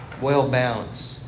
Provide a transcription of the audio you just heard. Well-balanced